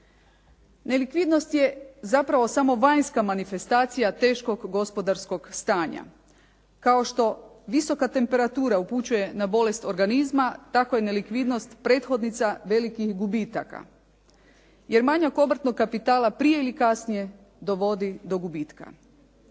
Nelikvidnost je zapravo samo vanjska manifestacija teškog gospodarskog stanja. Kao što visoka temperatura upućuje na bolest organizma, tako je nelikvidnost prethodnica velikih gubitaka, jer manjak obrtnog kapitala prije ili kasnije dovodi do gubitka.